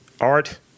art